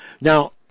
Now